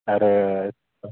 आरो